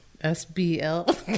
S-B-L